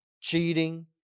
cheating